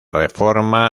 reforma